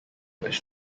which